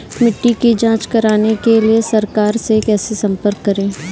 मिट्टी की जांच कराने के लिए सरकार से कैसे संपर्क करें?